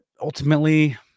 ultimately